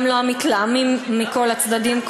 גם לא המתלהמים מכל הצדדים,